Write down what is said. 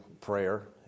prayer